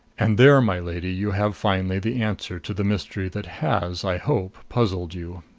and there, my lady, you have finally the answer to the mystery that has i hope puzzled you.